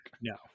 No